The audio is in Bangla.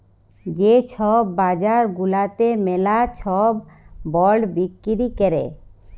যে ছব বাজার গুলাতে ম্যালা ছব বল্ড বিক্কিরি ক্যরে